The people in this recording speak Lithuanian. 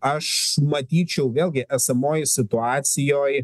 aš matyčiau vėlgi esamoj situacijoj